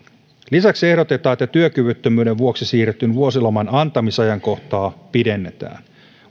lisäksi ehdotetaan että työkyvyttömyyden vuoksi siirretyn vuosiloman antamisajankohtaa pidennetään